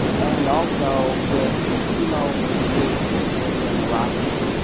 and also with chemo-induced peripheral neuropathy.